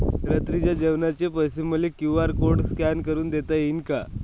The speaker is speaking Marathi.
रात्रीच्या जेवणाचे पैसे मले क्यू.आर कोड स्कॅन करून देता येईन का?